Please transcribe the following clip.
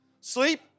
Sleep